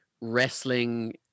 wrestling